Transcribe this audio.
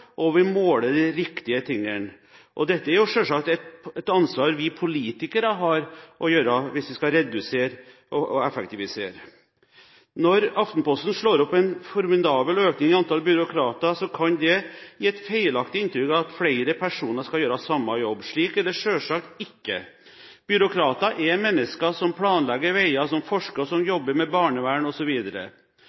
og om vi måler de riktige tingene. Dette er jo selvsagt et ansvar vi politikere har hvis vi skal redusere og effektivisere. Når Aftenposten slår opp en formidabel økning i antall byråkrater, kan det gi et feilaktig inntrykk av at flere personer skal gjøre samme jobb. Slik er det selvsagt ikke. Byråkrater er mennesker som planlegger veier, som forsker, og som jobber med barnevern